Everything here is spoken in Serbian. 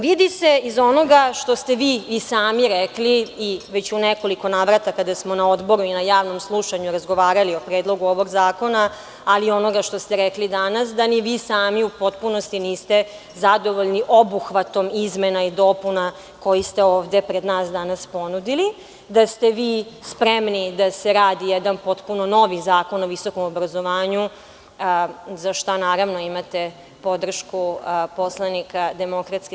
Vidi se iz onoga što ste vi i sami rekli i već u nekoliko navrata, kada smo na Odboru i na javnom slušanju razgovarali o Predlogu ovog zakona, ali i onoga što ste rekli danas, da ni vi sami u potpunosti niste zadovoljni obuhvatom izmena i dopuna koje ste ovde pred nas danas ponudili, da ste vi spremni da se radi jedan potpuno novi zakon o visokom obrazovanju, za šta naravno imate podršku poslanika DS.